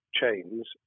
chains